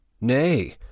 Nay